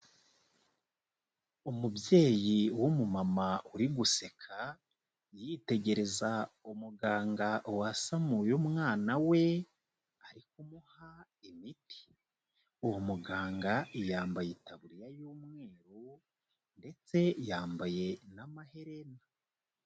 Umubyeyi w'umumama uri guseka yitegereza umuganga wasamuye umwana we ari kumuha imiti. Uwo muganga yambaye itaburiya y'umweru ndetse yambaye n'amaherena.